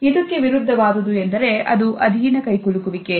ಇದಕ್ಕೆ ವಿರುದ್ಧವಾದುದು ಎಂದರೆ ಅದು ಅಧೀನ ಕೈಕುಲುಕುವಿಕೆ